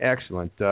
excellent